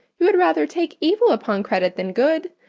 you had rather take evil upon credit than good.